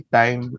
time